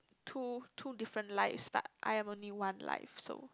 two two different lives but I am only one life so